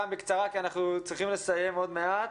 גם בקצרה כי אנחנו צריכים לסיים עוד מעט.